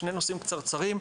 שני נושאים קצרצרים.